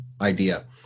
idea